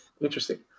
interesting